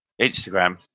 Instagram